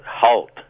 halt